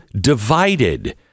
divided